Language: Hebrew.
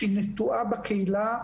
שנטועה בקהילה,